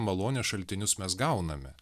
malonės šaltinius mes gauname